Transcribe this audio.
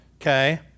Okay